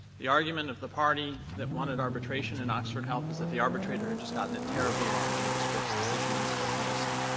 the argument of the party that wanted arbitration in oxford health, is that the arbitrator had just gotten it terribly wrong under this court's decision in stolt-nielsen.